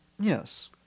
yes